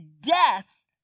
death